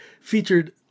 featured